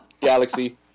Galaxy